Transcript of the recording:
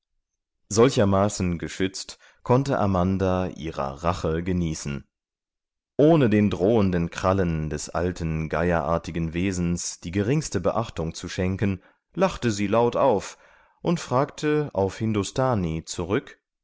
solchermaßen geschützt konnte amanda ihrer rache genießen ohne den drohenden krallen des alten geierartigen wesens die geringste beachtung zu schenken lachte sie laut auf und fragte auf hindustani zurück